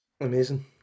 Amazing